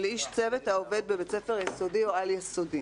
איש צוות העובד בבית ספר יסודי או על-יסודי.